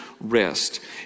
rest